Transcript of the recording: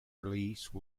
release